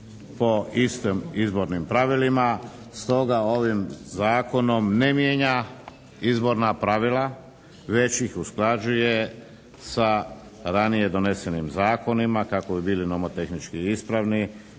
po istim izbornim pravilima. Stoga ovim zakonom ne mijenja izborna pravila već ih usklađuje sa ranije donesenim zakonima kako bi bili nomotehnički ispravni